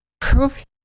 Prove